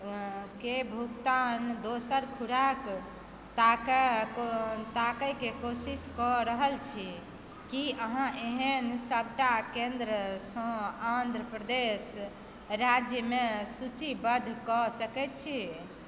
केर भुगतान हेतु दोसर खोराक तकबाक कोशिशकऽ रहल छी की अहाँ एहन सबटा केन्द्रसँ आन्ध्रप्रदेश राज्यमे सूचीबद्धकऽ सकैत छी